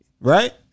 right